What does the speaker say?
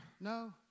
No